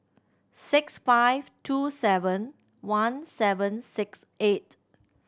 six five two seven one seven six eight